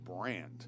brand